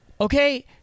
Okay